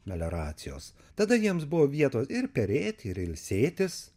melioracijos tada jiems buvo vietos ir perėti ir ilsėtis